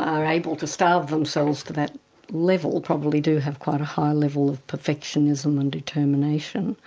are able to starve themselves to that level probably do have quite a high level of perfectionism and determination.